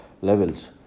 levels